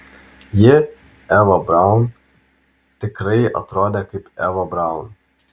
ji eva braun tikrai atrodė kaip eva braun